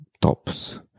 tops